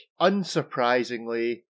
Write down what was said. unsurprisingly